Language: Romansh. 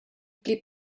pli